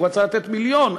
הוא רוצה לתת מיליארד,